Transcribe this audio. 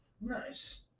Nice